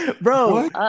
Bro